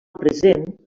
present